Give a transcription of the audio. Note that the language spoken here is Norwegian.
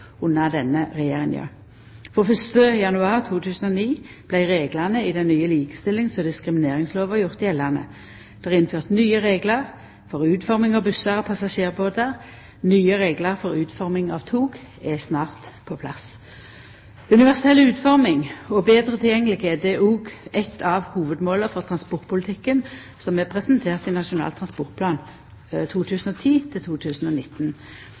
under denne regjeringa. Frå 1. januar 2009 vart reglane i den nye likestillings- og diskrimineringslova gjort gjeldande. Det er innført nye reglar for utforming av bussar og passasjerbåtar. Nye reglar for utforming av tog er snart på plass. Universell utforming og betre tilgjenge er òg eit av hovudmåla for transportpolitikken, som er presentert i Nasjonal transportplan